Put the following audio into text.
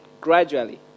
gradually